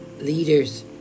leaders